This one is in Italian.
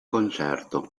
concerto